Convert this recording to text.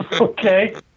Okay